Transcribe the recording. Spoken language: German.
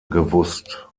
gewusst